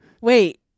Wait